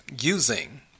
using